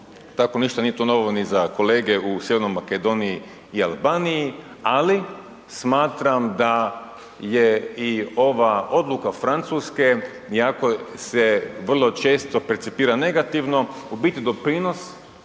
tako to isto nije ništa novo za kolege u Sjevernoj Makedoniji i Albaniji. Ali smatram da je i ova odluka Francuske iako se vrlo često percipira negativno u biti doprinos